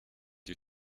you